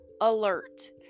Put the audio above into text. alert